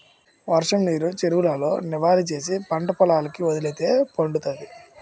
వర్షంనీరు చెరువులలో నిలవా చేసి పంటపొలాలకి వదిలితే పండుతాది